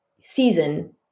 season